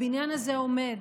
הבניין הזה עומד,